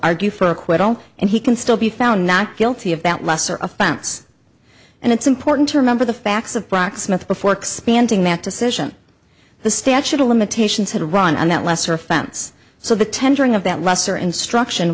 argue for acquittal and he can still be found not guilty of that lesser offense and it's important to remember the facts of brock smith before expanding that decision the statute of limitations had run on that lesser offense so the tendering of that lesser instruction